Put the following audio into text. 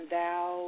thou